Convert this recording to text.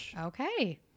Okay